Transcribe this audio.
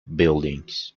buildings